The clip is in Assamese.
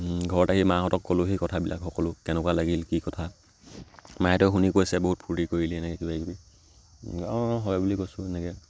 ঘৰত আহি মাহঁতক ক'লোঁ সেই কথাবিলাক সকলো কেনেকুৱা লাগিল কি কথা মায়েতো শুনি কৈছে বহুত ফূৰ্তি কৰিলি এনেকৈ কিবাকিবি অঁ অঁ হয় বুলি কৈছোঁ এনেকৈ